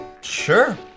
Sure